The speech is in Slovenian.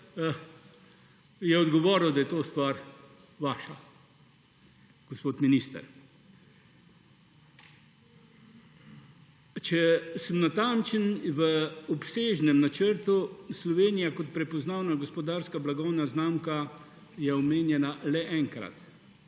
je odgovoril, da je ta stvar vaša, gospod minister. Če sem natančen, v obsežnem načrtu je Slovenija kot prepoznavna gospodarska blagovna znamka omenjena le enkrat.